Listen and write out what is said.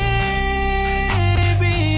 Baby